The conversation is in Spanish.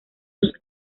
sus